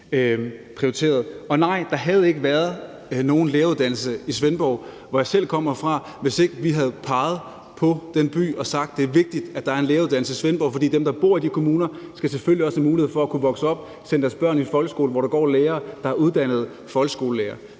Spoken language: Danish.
Og nej, der havde ikke været nogen læreruddannelse i Svendborg, hvor jeg selv kommer fra, hvis ikke vi havde peget på den by og sagt, at det er vigtigt, at der er en læreruddannelse i Svendborg. For dem, der bor i de kommuner, skal selvfølgelig også have mulighed for at kunne vokse op, sende deres børn i folkeskole, hvor der går lærere, der er uddannede folkeskolelærere.